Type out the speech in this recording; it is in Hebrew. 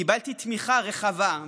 קיבלתי תמיכה רחבה,